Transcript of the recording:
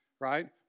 right